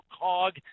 cog